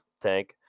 tank